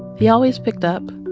he always picked up,